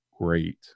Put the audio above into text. great